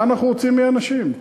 מה אנחנו רוצים מהאנשים?